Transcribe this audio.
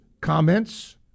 comments